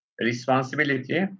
responsibility